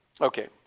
Okay